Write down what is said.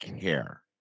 care